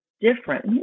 different